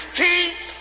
teeth